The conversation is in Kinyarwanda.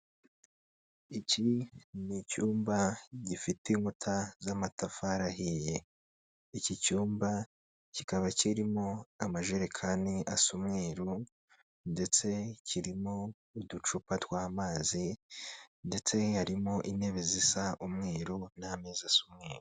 Iki ni icyumba gifite inkuta z'amatafari ahiye, iki cyumba kikaba kirimo amajerekani asa umweru ndetse kirimo uducupa tw'amazi ndetse harimo intebe zisa umweru n'ameza asa umweru.